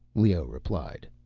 leoh replied.